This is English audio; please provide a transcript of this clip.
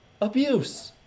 abuse